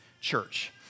church